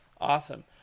awesome